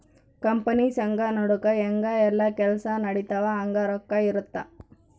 company ಸಂಘ ನಡುಕ ಹೆಂಗ ಯೆಲ್ಲ ಕೆಲ್ಸ ನಡಿತವ ಹಂಗ ರೊಕ್ಕ ಇರುತ್ತ